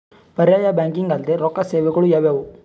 ಪರ್ಯಾಯ ಬ್ಯಾಂಕಿಂಗ್ ಅಲ್ದೇ ರೊಕ್ಕ ಸೇವೆಗಳು ಯಾವ್ಯಾವು?